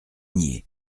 nier